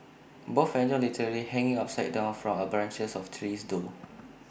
both enjoy literally hanging upside down from branches of trees though